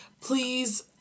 Please